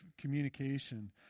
communication